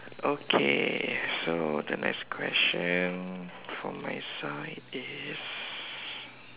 okay so the next question for my side is